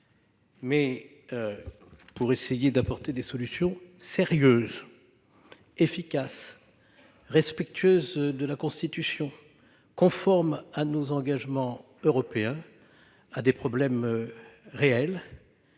mais pour essayer d'apporter des solutions sérieuses, efficaces, respectueuses de la Constitution et conformes à nos engagements européens, à des problèmes réels